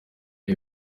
ibi